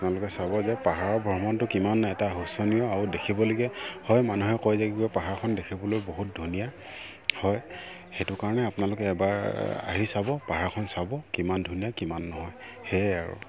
আপোনালোকে চাব যে পাহাৰৰ ভ্ৰমণটো কিমান এটা শোচনীয় আৰু দেখিবলগীয়া হয় মানুহে কৈ থাকিব পাহাৰখন দেখিবলৈ বহুত ধুনীয়া হয় সেইটো কাৰণে আপোনালোকে এবাৰ আহি চাব পাহাৰখন চাব কিমান ধুনীয়া কিমান নহয় সেয়াই আৰু